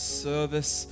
service